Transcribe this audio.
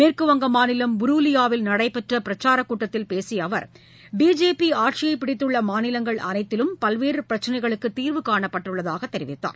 மேற்குவங்க மாநிலம் புரூலியாவில் நடைபெற்ற பிரச்சாரக் கட்டத்தில் பேசிய அவர் பிஜேபி ஆட்சியை பிடித்துள்ள மாநிலங்கள் அனைத்திலும் பல்வேறு பிரச்சினைகளுக்கு தீர்வுகாணப்பட்டுள்ளதாக தெரிவித்தார்